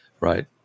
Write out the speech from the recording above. Right